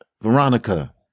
Veronica